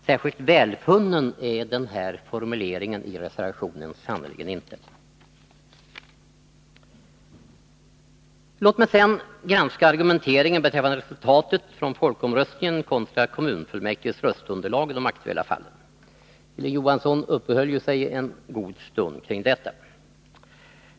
Särskilt välfunnen är den här formuleringen i reservationen sannerligen inte. Låt mig sedan granska argumenteringen beträffande resultatet från folkomröstningen kontra kommunfullmäktiges röstunderlag i de aktuella fallen. Hilding Johansson uppehöll sig ju en god stund kring detta.